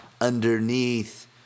underneath